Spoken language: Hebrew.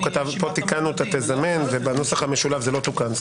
כאן תיקנו את ה-"תזמן" ובנוסח המתוקן זה לא תוקן.